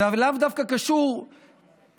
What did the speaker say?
זה לאו דווקא קשור לערבים.